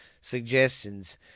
suggestions